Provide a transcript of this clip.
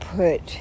put